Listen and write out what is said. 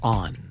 on